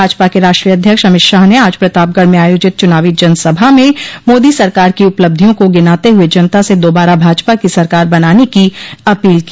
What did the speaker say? भाजपा के राष्ट्रीय अध्यक्ष अमित शाह ने आज प्रतापगढ़ में आयोजित चुनावी जनसभा में मोदी सरकार की उपलब्धियों को गिनाते हुए जनता से दोबारा भाजपा की सरकार बनाने की अपील की